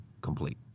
complete